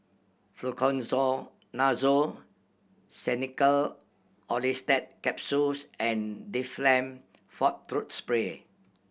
Xenical Orlistat Capsules and Difflam Forte Throat Spray